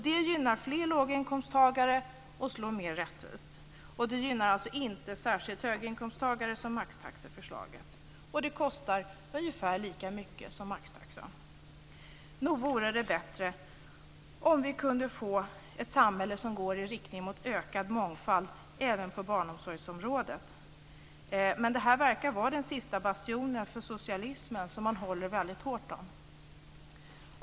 Det gynnar fler låginkomsttagare och slår mer rättvist. Det gynnar alltså inte särskilt höginkomsttagare, som maxtaxeförslaget gör. Och det kostar ungefär lika mycket som maxtaxan. Nog vore det bättre om vi kunde få ett samhälle som går i riktning mot ökad mångfald även på barnomsorgsområdet. Men det här verkar vara den sista bastionen för socialismen som man håller väldigt hårt om.